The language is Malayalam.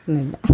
ഒന്നൂല്ല